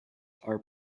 are